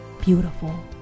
beautiful